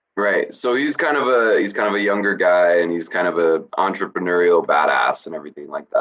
right, so he's kind of a, he's kind of a younger guy and he's kind of a entrepreneurial badass and everything like that.